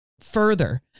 further